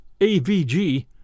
AVG